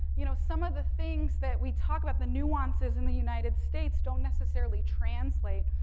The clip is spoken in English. you know, some of the things that we talk about, the nuances in the united states don't necessary translate